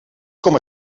coma